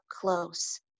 close